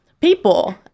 people